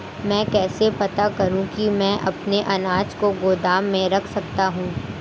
मैं कैसे पता करूँ कि मैं अपने अनाज को गोदाम में रख सकता हूँ?